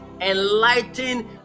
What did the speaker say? enlighten